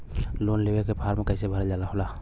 Loan लेवे के form कौन भरे के होला?